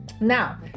Now